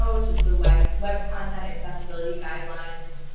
which is the web web content accessibility guidelines.